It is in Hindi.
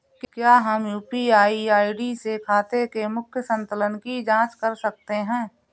क्या हम यू.पी.आई आई.डी से खाते के मूख्य संतुलन की जाँच कर सकते हैं?